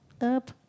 Up